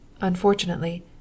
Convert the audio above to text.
unfortunately